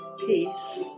peace